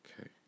Okay